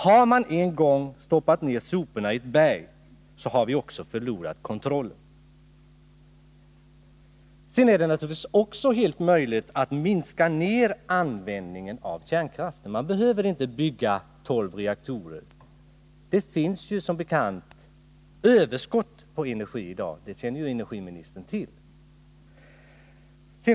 Har man en gång stoppat ner soporna i ett berg har man också förlorat kontrollen över dem. Det är naturligtvis också helt möjligt att minska användningen av kärnkraften. Man behöver inte bygga tolv reaktorer. Vi har som bekant överskott på energi i dag — det känner energiministern till.